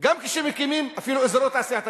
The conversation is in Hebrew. גם כשמקימים אזורי תעשייה,